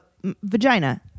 vagina